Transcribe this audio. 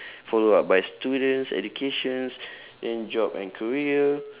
follow up by students educations and job and career